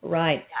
right